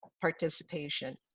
participation